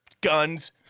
guns